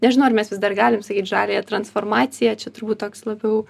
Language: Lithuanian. nežinau ar mes vis dar galim sakyt žaliąją transformaciją čia turbūt toks labiau